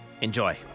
Enjoy